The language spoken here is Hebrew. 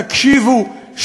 תקשיבו,